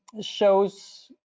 shows